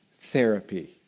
Therapy